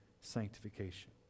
sanctification